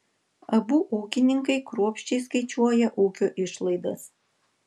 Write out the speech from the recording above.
abu ūkininkai kruopščiai skaičiuoja ūkio išlaidas